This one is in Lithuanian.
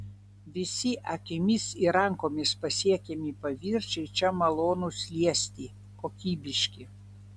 visi akimis ir rankomis pasiekiami paviršiai čia malonūs liesti kokybiški